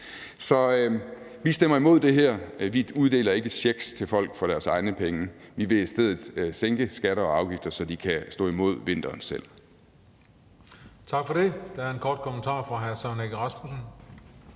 vi stemmer imod det her. Vi uddeler ikke checks til folk for deres egne penge. Vi vil i stedet sænke skatter og afgifter, så de selv kan stå imod vinteren. Kl.